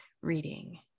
reading